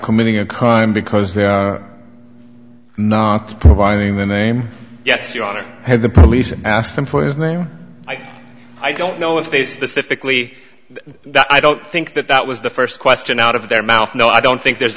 committing a crime because they are not providing the name yes your honor had the police asked them for his name i don't know if they specifically i don't think that that was the first question out of their mouth no i don't think there's